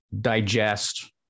digest